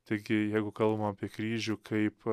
taigi jeigu kalbam apie kryžių kaip